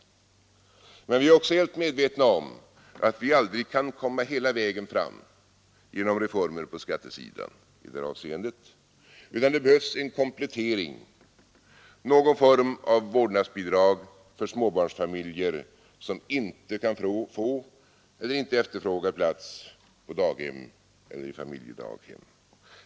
Men vi är också helt medvetna om att det aldrig går att komma hela vägen fram genom reformer på skattesidan i detta avseende, utan det behövs en komplettering, någon form av vårdnadsbidrag för småbarnsfamiljer som inte kan få eller som inte efterfrågar plats på daghem eller i familjedaghem.